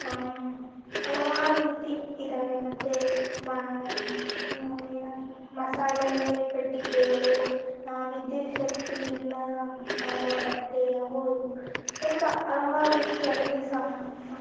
ಹಲವಾರು ರೀತಿ ಇದ್ದಾವೆ ಮತ್ತೆ ಮಸಾಲೆ ಪೆಟ್ಟಿಗೆಗಳು ವಿದ್ಯುತ್ ಶಕ್ತಿಯಿಂದ ಮಾಡೋ ಬಟ್ಟೆ ಅವು ಇವು ತುಂಬ ಹಲವಾರು ರೀತಿ ಅಡುಗೆ ಸಾಮ್